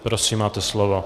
Prosím, máte slovo.